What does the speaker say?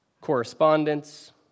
correspondence